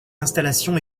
installations